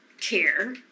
care